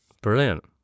Brilliant